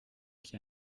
qui